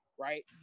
Right